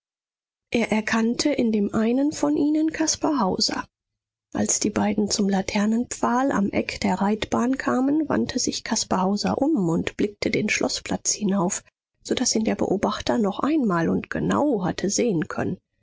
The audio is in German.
er erkannte in dem einen von ihnen caspar hauser als die beiden zum laternenpfahl am eck der reitbahn kamen wandte sich caspar hauser um und blickte den schloßplatz hinauf so daß ihn der beobachter noch einmal und genau hatte sehen können